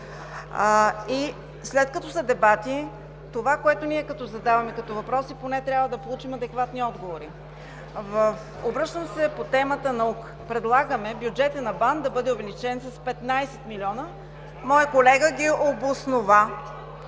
след като са дебати, това, което ние задаваме като въпроси, поне трябва да получим адекватни отговори. Обръщам се по темата, но предлагаме бюджетът на БАН да бъде увеличен с 15 милиона. (Реплики.) Моят колега ги обоснова